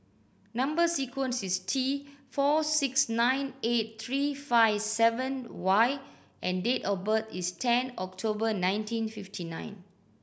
number sequence is T four six nine eight three five seven Y and date of birth is ten October nineteen fifty nine